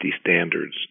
standards